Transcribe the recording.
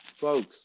folks